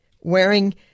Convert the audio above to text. wearing